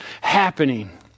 happening